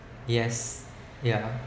yes yeah